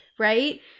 Right